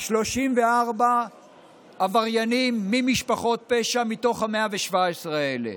34 עבריינים ממשפחות פשע מתוך ה-117 האלה.